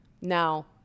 now